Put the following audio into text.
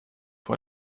vor